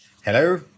Hello